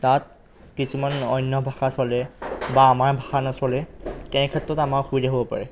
তাত কিছুমান অন্য ভাষা চলে বা আমাৰ ভাষা নচলে তেনে ক্ষেত্ৰত আমাৰ অসুবিধা হ'ব পাৰে